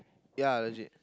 ya legit